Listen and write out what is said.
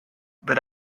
but